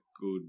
good